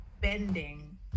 bending